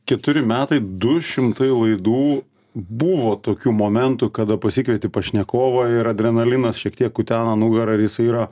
keturi metai du šimtai laidų buvo tokių momentų kada pasikvieti pašnekovą ir adrenalinas šiek tiek kutena nugarą ir jis yra